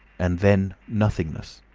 and then nothingness,